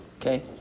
Okay